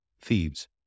thieves